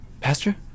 Pastor